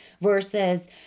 versus